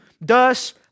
thus